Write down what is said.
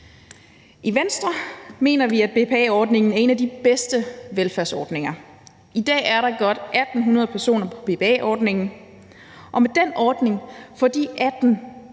I Venstre mener vi, at BPA-ordningen er en af de bedste velfærdsordninger. I dag er der godt 1.800 personer på BPA-ordningen, og med den ordning får de